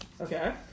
Okay